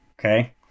Okay